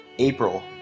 April